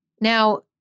Now